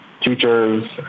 teachers